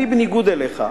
אני, בניגוד אליך,